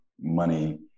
money